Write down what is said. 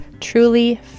truly